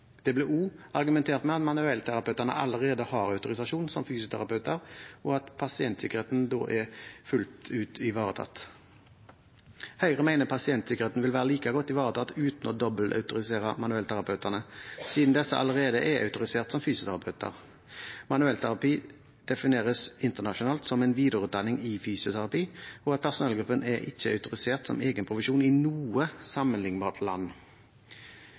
Det ble også argumentert med at manuellterapeutene allerede har autorisasjon som fysioterapeuter, og at pasientsikkerheten da er fullt ut ivaretatt. Høyre mener pasientsikkerheten vil være like godt ivaretatt uten å dobbeltautorisere manuellterapeutene, siden disse allerede er autorisert som fysioterapeuter. Manuellterapi defineres internasjonalt som en videreutdanning i fysioterapi, og personellgruppen er ikke autorisert som egen profesjon i noe sammenlignbart land.